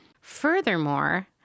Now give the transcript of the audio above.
Furthermore